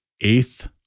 eighth